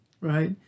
right